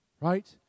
right